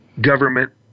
government